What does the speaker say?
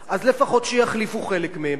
שאפילו לדבריך אי-אפשר לגרש אותם כעת,